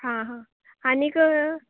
हां आनीक